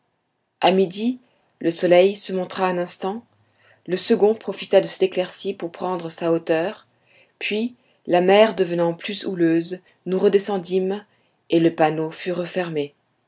a midi le soleil se montra un instant le second profita de cette éclaircie pour prendre sa hauteur puis la mer devenant plus houleuse nous redescendîmes et le panneau fut refermé